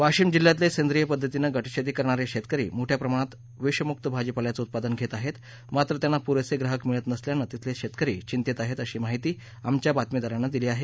वाशीम जिल्ह्यातले सेंद्रींय पद्धतीनं गटशेती करणारे शेतकरी मोठया प्रमाणात विषमुक्त भाजीपाल्याचं उत्पादन घेत आहेत मात्र त्यांना प्रेसे ग्राहक मिळत नसल्यानं तिथले शेतकरी चिंतेत आहेत अशी माहिती आमच्या बातमीदारानं दिली आहे